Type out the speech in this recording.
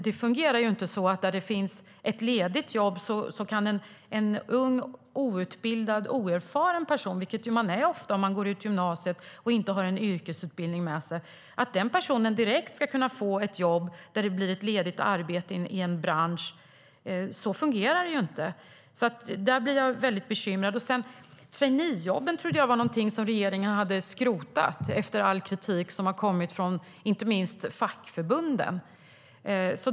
Det fungerar inte så att en ung, outbildad och oerfaren person, vilket man ofta är om man går ut gymnasiet och inte har en yrkesutbildning med sig, direkt ska kunna få ett jobb där det blir ett ledigt arbete i en bransch. Så fungerar det inte. Där blir jag väldigt bekymrad. Traineejobben trodde jag var någonting som regeringen hade skrotat efter all kritik som har kommit inte minst från fackförbunden.